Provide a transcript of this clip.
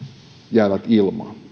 jäävät ilmaan